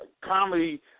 comedy